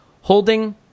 holding